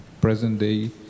present-day